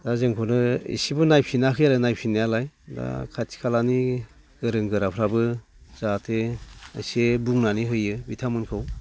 दा जोंखौनो इसेबो नायफिनाखै आरो नायफिननायालाय दा खाथि खालानि गोरों गोराफ्राबो जाहाथे एसे बुंनानै होयो बिथांमोनखौ